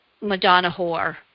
Madonna-Whore